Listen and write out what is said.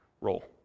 role